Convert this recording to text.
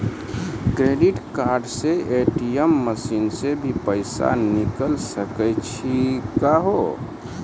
Credit card से ATM machine से भी पैसा निकल सकै छि का हो?